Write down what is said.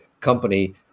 company